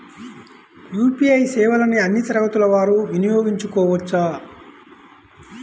UPI సేవలని అన్నీ తరగతుల వారు వినయోగించుకోవచ్చా?